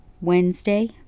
Wednesday